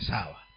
Sawa